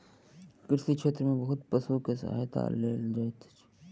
कृषि क्षेत्र में बहुत पशु के सहायता लेल जाइत अछि